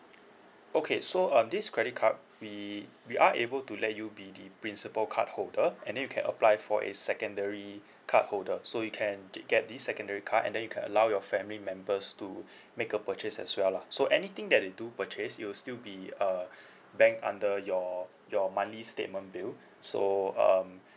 okay so um this credit card we we are able to let you be the principal card holder and then you can apply for a secondary card holder so you can get this secondary card and then you can allow your family members to make a purchase as well lah so anything that they do purchase you still be err bank under your your money statement bill so um